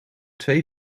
twee